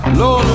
low